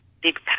big